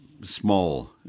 small